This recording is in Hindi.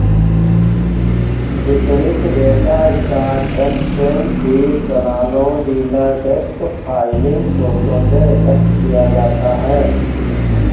वितरित डेटा स्टॉक एक्सचेंज फ़ीड, दलालों, डीलर डेस्क फाइलिंग स्रोतों से एकत्र किया जाता है